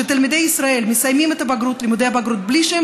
ותלמידי ישראל מסיימים את לימודי הבגרות בלי שהם